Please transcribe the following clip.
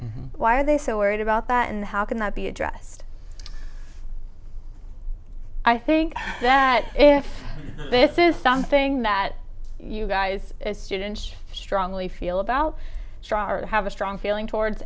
why are they so worried about that and how can that be addressed i think that if this is something that you guys students strongly feel about start to have a strong feeling towards